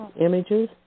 images